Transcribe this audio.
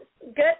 good